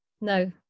No